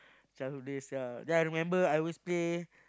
childhood days yeah then I remember I always play